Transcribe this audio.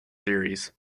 series